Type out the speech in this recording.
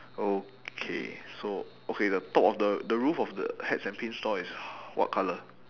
okay so okay the top of the the roof of the hats and pins store is what colour